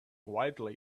wildly